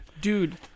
Dude